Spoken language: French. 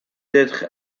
d’être